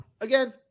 again